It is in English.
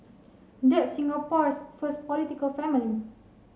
that's Singapore's first political family